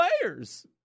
players